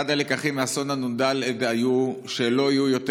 אחד הלקחים מאסון הנ"ד היה שלא יהיו יותר